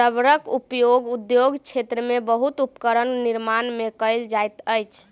रबड़क उपयोग उद्योग क्षेत्र में बहुत उपकरणक निर्माण में कयल जाइत अछि